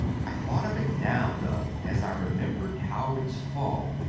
i thought of it now, though, as i remembered howard's fall,